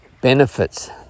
benefits